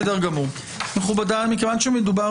מכובדי, מכיוון שמדובר